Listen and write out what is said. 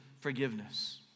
forgiveness